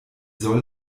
soll